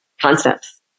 concepts